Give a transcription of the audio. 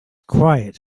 quiet